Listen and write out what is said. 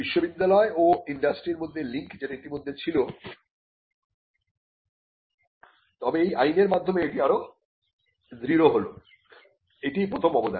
বিশ্ববিদ্যালয় ও ইন্ডাস্ট্রির মধ্যে লিংক যেটা ইতিমধ্যে ছিল তবে এই আইনের মাধ্যমে এটি আরও দৃঢ় হল এটিই প্রথম অবদান